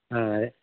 అదే